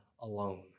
alone